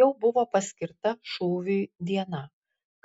jau buvo paskirta šūviui diena